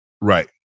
Right